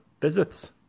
visits